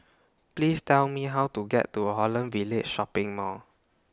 Please Tell Me How to get to Holland Village Shopping Mall